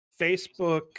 Facebook